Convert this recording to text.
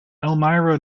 elmira